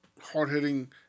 Hard-hitting